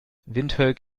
windhoek